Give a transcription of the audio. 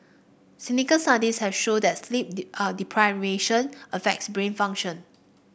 studies have shown that sleep deprivation affects brain function